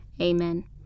Amen